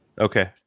Okay